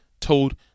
told